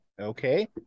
Okay